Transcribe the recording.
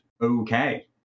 okay